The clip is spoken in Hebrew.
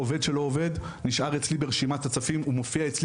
עובד שלא עובד נשאר אצלי ברשימת הצפים הוא מופיע אצל